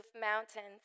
mountains